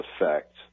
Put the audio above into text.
effect